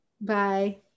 Bye